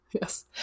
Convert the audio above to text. Yes